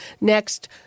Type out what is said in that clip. next